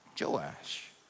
Joash